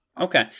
Okay